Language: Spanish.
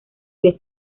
les